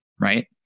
right